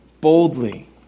Boldly